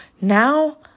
Now